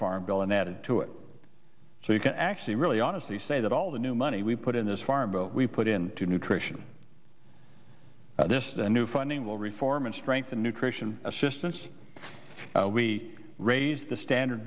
farm bill and added to it so you can actually really honestly say that all the new money we've put in this farm bill we put in to nutrition this the new funding will reform and strengthen nutrition assistance if we raise the standard